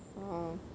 oh